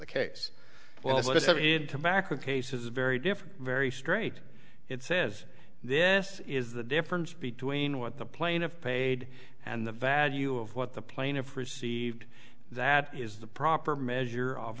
cases very different very straight it says this is the difference between what the plaintiff paid and the value of what the plaintiff received that is the proper measure of